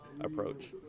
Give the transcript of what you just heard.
approach